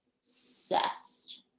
obsessed